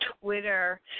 Twitter